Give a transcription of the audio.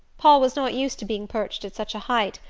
paul was not used to being perched at such a height,